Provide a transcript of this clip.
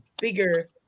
bigger